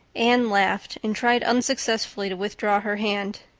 anne laughed and tried unsuccessfully to withdraw her hand.